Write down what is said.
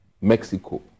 Mexico